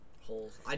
Holes